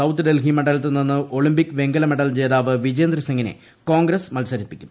south Delhi മണ്ഡലത്തിൽ നിന്ന് Olympic വെങ്കല മെഡൽ ജേതാവ് വിജേന്ദർ സിങ്ങിനെ കോൺഗ്രസ് മത്സരിപ്പിക്കും